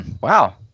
Wow